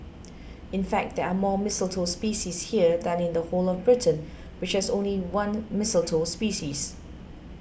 in fact there are more mistletoe species here than in the whole of Britain which has only one mistletoe species